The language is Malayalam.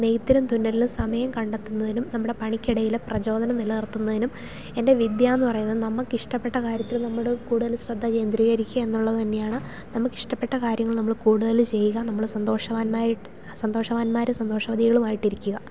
നെയ്ത്തിനും തുന്നലിനും സമയം കണ്ടെത്തുന്നതിനും നമ്മുടെ പണിക്ക് ഇടയിലെ പ്രചോദനം നിലനിർത്തുന്നതിനും എൻ്റെ വിദ്യ എന്നു പറയുന്നത് നമുക്ക് ഇഷ്ട്ടപ്പെട്ട കാര്യത്തിൽ നമ്മുടെ കൂടുതൽ ശ്രദ്ധ കേന്ദ്രീകരിക്കുക എന്നുള്ളത് തന്നെയാണ് നമുക്ക് ഇഷ്ട്ടപ്പെട്ട കാര്യങ്ങൾ നമ്മൾ കൂടുതൽ ചെയ്യുക നമ്മളെ സന്തോഷവാന്മാരായിട്ട് സന്തോഷവാന്മാരും സന്തോഷവതികളും ആയിട്ടിരിക്കുക